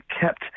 kept